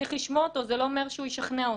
צריך לשמוע אותו, זה לא אומר שהוא ישכנע אותנו.